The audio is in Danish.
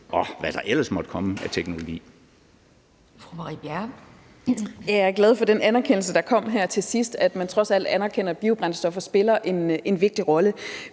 Marie Bjerre. Kl. 11:49 Marie Bjerre (V): Jeg er glad for den anerkendelse, der kom her til sidst, altså at man trods alt anerkender, at biobrændstoffer spiller en vigtig rolle.